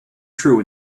true